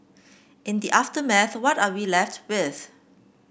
in the aftermath what are we left with